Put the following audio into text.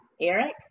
Eric